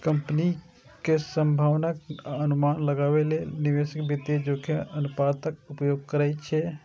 कंपनीक संभावनाक अनुमान लगाबै लेल निवेशक वित्तीय जोखिम अनुपातक उपयोग करै छै